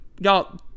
Y'all